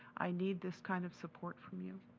i need this kind of support from you.